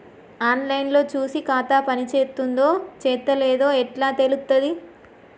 On line లో చూసి ఖాతా పనిచేత్తందో చేత్తలేదో ఎట్లా తెలుత్తది?